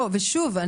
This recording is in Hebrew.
שוב,